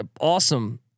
awesome